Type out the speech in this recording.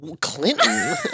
Clinton